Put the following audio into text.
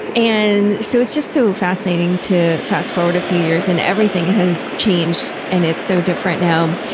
and so it's just so fascinating to fast forward a few years and everything has changed, and it's so different now.